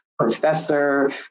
professor